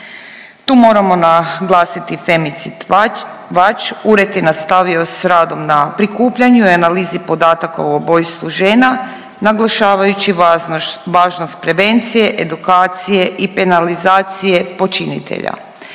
…/Govornik se ne razumije./…. Ured je nastavio s radom na prikupljanju i analizi podataka o ubojstvu žena naglašavajući važnost prevencije, edukacije i penalizacije počinitelja.